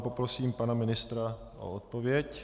Poprosím pana ministra o odpověď.